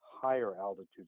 higher-altitude